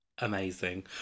Amazing